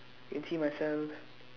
can see myself